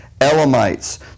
Elamites